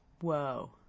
Whoa